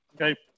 Okay